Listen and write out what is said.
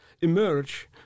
emerge